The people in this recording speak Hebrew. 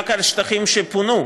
רק על שטחים שפונו,